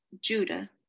judah